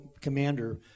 commander